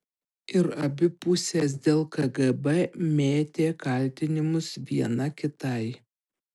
ir abi pusės dėl kgb mėtė kaltinimus viena kitai